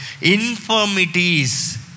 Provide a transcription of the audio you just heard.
Infirmities